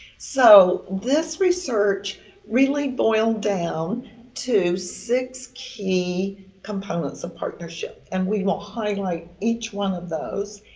so, this research really boiled down to six key components of partnership, and we will highlight each one of those.